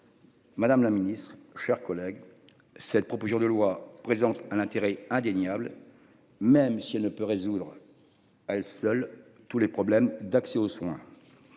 Madame la Ministre, chers collègues, cette proposition de loi présentent un intérêt indéniable, même si elle ne peut résoudre. À elle seule tous les problèmes d'accès aux soins.